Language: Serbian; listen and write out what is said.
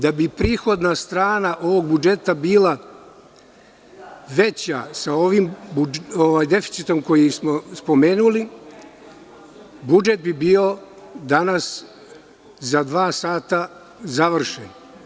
Da bi prihodna strana ovog budžeta bila veća sa ovim deficitom koji smo spomenuli, budžet bi bio danas za dva sata završen.